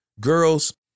Girls